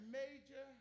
major